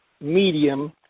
medium